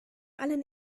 allen